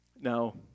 Now